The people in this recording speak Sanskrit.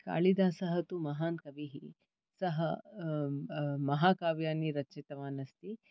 कालिदसः तु महान् कविः सः महाकाव्यानि रचितवान् अस्ति